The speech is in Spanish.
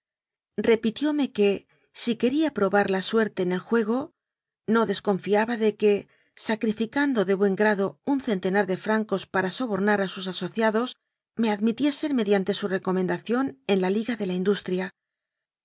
pistolas repitióme que si quería probar la suerte en el juego no desconfiaba de que sacrificando de buen grado un centenar de francos para sobornar a sus asociados me admitiesen mediante su recomenda ción en la liga de la industria